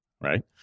right